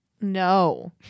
No